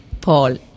Paul